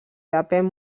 depèn